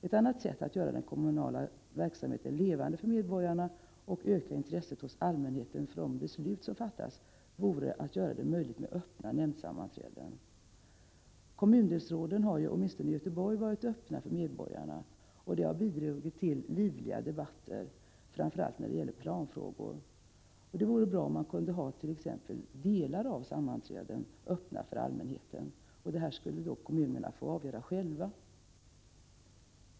Ett annat sätt att göra den kommunala verksamheten levande för medborgarna och öka intresset hos allmänheten för de beslut som fattas vore att göra det möjligt med öppna nämndsammanträden. Kommundelsrådens sammanträden har ju — åtminstone i Göteborg — varit öppna för medborgarna, och det har bidragit till livliga debatter framför allt när det gällt planfrågor. Det vore bra om man kunde hat.ex. delar av nämndsammanträden öppna för allmänheten. Detta skulle kommunerna i så fall själva få avgöra.